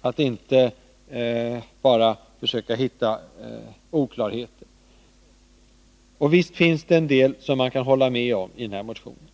och inte bara försöka hitta oklarheter. Och visst finns det en del som man kan hålla med om iden här motionen.